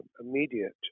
immediate